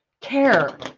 care